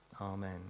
Amen